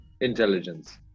intelligence